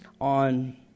on